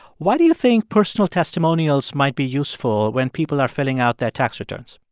why do you think personal testimonials might be useful when people are filling out their tax returns?